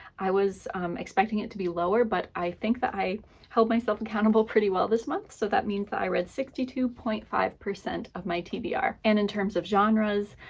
i was expecting it to be lower, but i think that i held myself accountable pretty well this month, so that means that i read sixty two point five of my tbr. and in terms of genres,